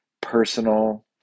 personal